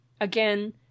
again